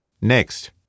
Next